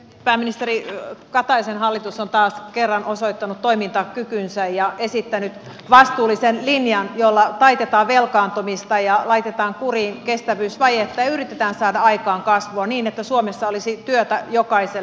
pääministeri kataisen hallitus on taas kerran osoittanut toimintakykynsä ja esittänyt vastuullisen linjan jolla taitetaan velkaantumista ja laitetaan kuriin kestävyysvajetta ja yritetään saada aikaan kasvua niin että suomessa olisi työtä jokaiselle